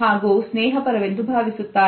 ಹಾಗೂ ಸ್ನೇಹ ಪರವೆಂದು ಭಾವಿಸುತ್ತಾರೆ